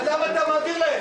אז למה אתה מעביר להם?